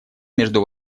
между